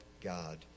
God